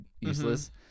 useless